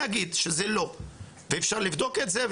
זה לא ואפשר לבדוק את זה.